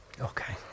Okay